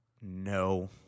No